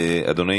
אדוני?